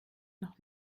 noch